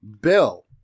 Bill